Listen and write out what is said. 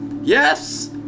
Yes